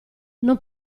non